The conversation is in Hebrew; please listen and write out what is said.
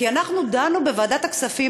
כי אנחנו דנו בוועדת הכספים,